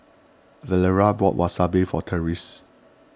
Valeria bought Wasabi for Tressie